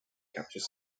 capture